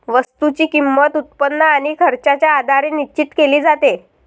वस्तूची किंमत, उत्पन्न आणि खर्चाच्या आधारे निश्चित केली जाते